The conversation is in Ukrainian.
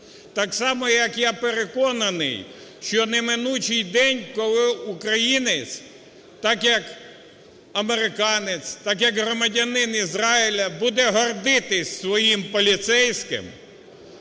Так само, як, я переконаний, що неминучий день, коли українець так, як американець, так, як громадянин Ізраїлю, буде гордитись своїм поліцейським